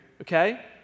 Okay